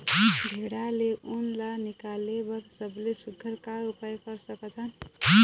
भेड़ा ले उन ला निकाले बर सबले सुघ्घर का उपाय कर सकथन?